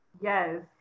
yes